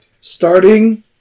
Starting